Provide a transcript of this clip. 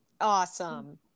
Awesome